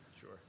Sure